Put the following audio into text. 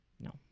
no